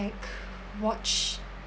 like watch